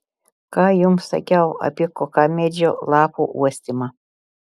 ką jums sakiau apie kokamedžio lapų uostymą